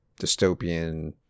dystopian